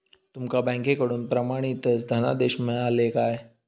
तुमका बँकेकडून प्रमाणितच धनादेश मिळाल्ले काय?